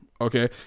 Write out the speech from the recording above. okay